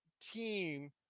team